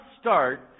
start